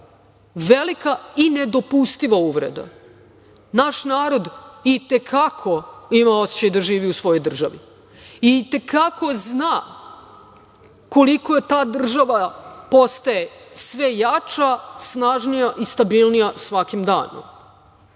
velika i nedopustiva uvreda. Naš narod i te kako ima osećaj da živi u svojoj državi i itekako zna koliko ta država postaje sve jača, snažnija i stabilnija svakim danom.